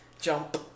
Jump